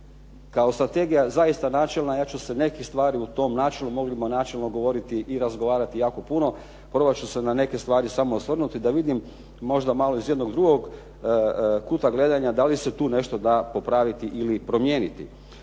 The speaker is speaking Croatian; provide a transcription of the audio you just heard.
kao strategija zaista načelna ja ću se nekih stvari u tom načelnom, mogli bi načelno govoriti i razgovarati jako puno. Probat ću se na neke stvari samo osvrnuti da vidim možda malo iz jednog drugog kuta gledanja da li se tu nešto da popraviti ili promijeniti.